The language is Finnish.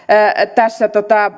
tässä